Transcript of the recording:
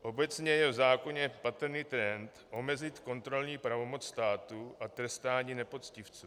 Obecně je v zákoně patrný trend omezit kontrolní pravomoc státu a trestání nepoctivců.